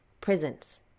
prisons